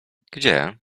gdzie